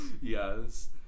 Yes